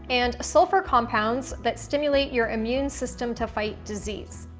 and sulfur compounds that stimulate your immune system to fight disease.